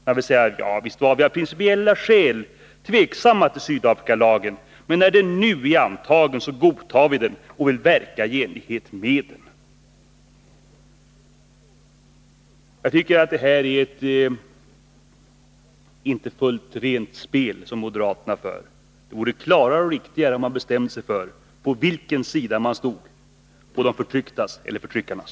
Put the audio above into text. Man säger: Visst är vi av principiella skäl tveksamma till Sydafrikalagen, men när den nu är antagen, godtar vi den och vill verka i enlighet med den. Jag tycker att det här inte är fullt rent spel från moderaternas sida. Det vore klarare och riktigare om man bestämde sig för på vilken sida man stod, på de förtrycktas eller på förtryckarnas.